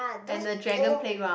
and the dragon playground